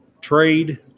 trade